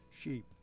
sheep